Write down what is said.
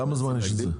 כמה זמן מתעסקים בזה?